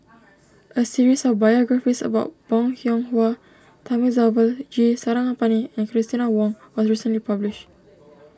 a series of biographies about Bong Hiong Hwa Thamizhavel G Sarangapani and Christina Ong was recently published